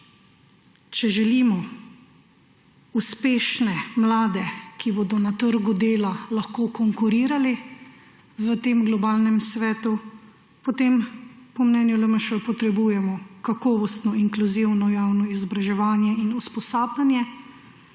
če želimo uspešne mlade, ki bodo na trgu dela lahko konkurirali v tem globalnem svetu, potem po mnenju LMŠ potrebujemo kakovostno inkluzivno javno izobraževanje in usposabljanje